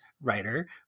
writer